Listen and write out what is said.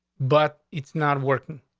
but it's not working.